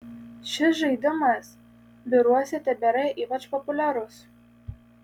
šis žaidimas biuruose tebėra ypač populiarus